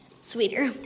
sweeter